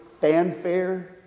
fanfare